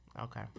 Okay